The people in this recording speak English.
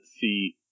see